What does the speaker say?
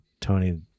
Tony